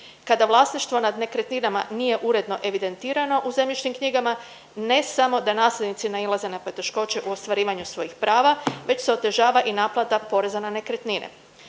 Kad vlasništvo nad nekretninama nije uredno evidentirano u zemljišnim knjigama, ne samo da nasljednici nailaze na poteškoće u ostvarivanju svojih prava već se otežava i naplata poreza na nekretnine.